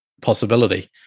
possibility